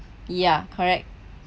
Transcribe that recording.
ya correct